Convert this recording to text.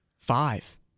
Five